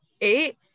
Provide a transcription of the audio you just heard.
eight